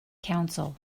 council